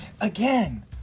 again